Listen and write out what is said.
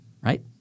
Right